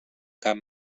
camp